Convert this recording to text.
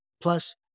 Plus